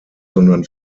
sondern